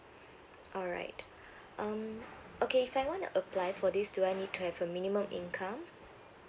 alright um okay if I want to apply for this do I need to have a minimum income